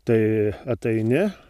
tai ataini